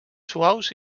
suaus